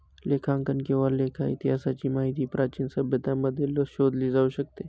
लेखांकन किंवा लेखा इतिहासाची माहिती प्राचीन सभ्यतांमध्ये शोधली जाऊ शकते